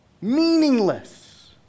Meaningless